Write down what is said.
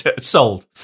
sold